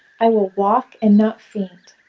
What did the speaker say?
i will walk and not faint,